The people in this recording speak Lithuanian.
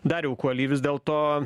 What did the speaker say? dariau kuoly vis dėlto